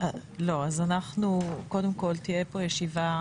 לא, אז קודם כל תהיה פה ישיבה